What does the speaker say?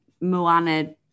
Moana